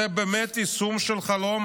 זה באמת יישום של חלום,